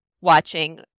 watching